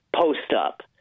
post-up